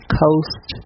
coast